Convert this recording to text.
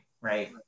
right